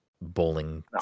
Bowling